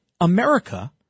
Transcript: America